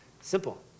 simple